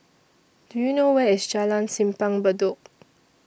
Do YOU know Where IS Jalan Simpang Bedok